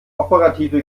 operative